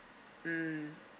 mm